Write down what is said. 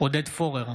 עודד פורר,